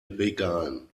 regalen